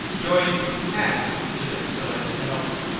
dorian put his hand to it so as to help them.